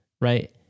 right